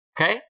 okay